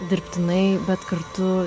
dirbtinai bet kartu